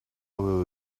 will